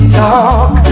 talk